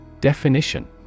Definition